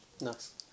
Nice